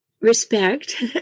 respect